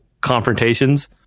confrontations